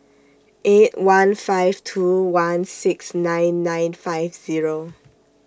eight one five two one six nine nine five Zero